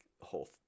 whole –